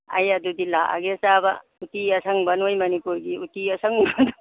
ꯑꯩ ꯑꯗꯨꯗꯤ ꯂꯥꯛꯑꯒꯦ ꯆꯥꯕ ꯎꯠꯇꯤ ꯑꯁꯪꯕ ꯅꯈꯣꯏ ꯃꯅꯤꯄꯨꯔꯒꯤ ꯎꯠꯇꯤ ꯑꯁꯪꯕꯗꯣ